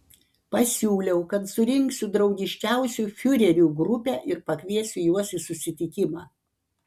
pasiūliau kad surinksiu draugiškiausių fiurerių grupę ir pakviesiu juos į susitikimą